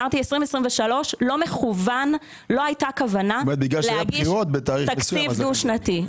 ב-2023 לא הייתה כוונה להגיש תקציב דו שנתי.